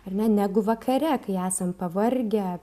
ar ne negu vakare kai esam pavargę